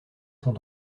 sont